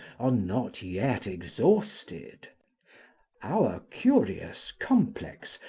are not yet exhausted our curious, complex,